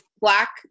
black